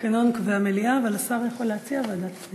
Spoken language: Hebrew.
התקנון קובע מליאה, אבל השר יכול להציע ועדת פנים.